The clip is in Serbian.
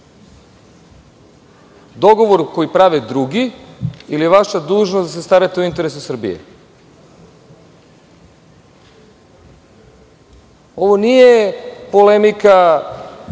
Dogovor koji prave drugi ili vaša dužnost da se starate o interesima Srbije? Ovo nije polemika